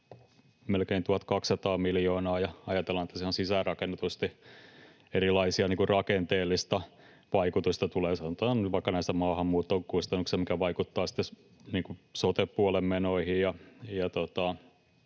melkein 1 200 miljoonaa, ja ajatellaan, että siinä tulee sisäänrakennetusti erilaisia rakenteellisia vaikutuksia, sanotaan nyt vaikka maahanmuuttokustannuksista, mitkä vaikuttavat sote-puolen menoihin